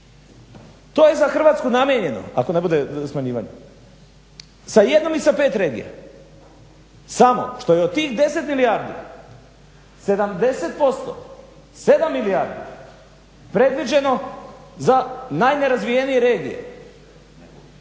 To je za Hrvatsku namijenjeno ako ne bude smanjivanja. Sa 1 i sa 5 regija, samo što je od tih 10 milijardi 70% 7 milijardi predviđeno za najnerazvijenije regije.